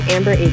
Amber